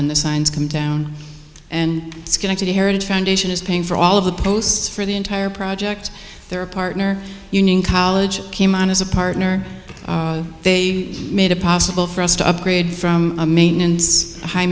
when the signs compound and schenectady heritage foundation is paying for all of the posts for the entire project their partner union college came on as a partner they made it possible for us to upgrade from a maintenance high